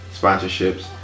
Sponsorships